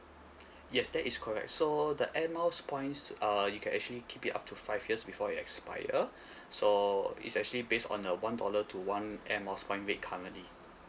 yes that is correct so the air miles points uh you can actually keep it up to five years before it expire so is actually based on a one dollar to one air miles point rate currently